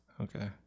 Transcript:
Okay